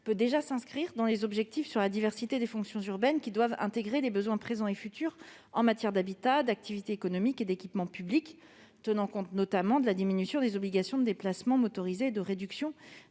peut déjà s'inscrire dans les objectifs de diversité des fonctions urbaines, qui doivent inclure la satisfaction des besoins présents et futurs en matière d'habitat, d'activités économiques et d'équipements publics, en tenant compte notamment des objectifs de diminution des obligations de déplacements motorisés et de réduction